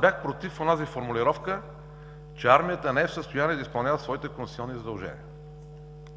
Бях против онази формулировка, че армията не е в състояние да изпълнява своите конституционни задължения.